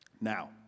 Now